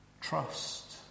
trust